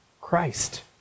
Christ